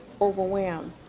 overwhelmed